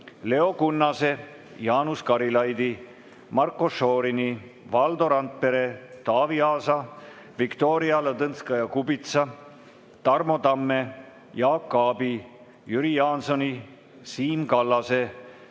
Leo Kunnase, Jaanus Karilaidi, Marko Šorini, Valdo Randpere, Taavi Aasa, Viktoria Ladõnskaja-Kubitsa, Tarmo Tamme, Jaak Aabi, Jüri Jaansoni, Siim Kallase,